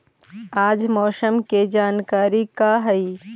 आज मौसम के जानकारी का हई?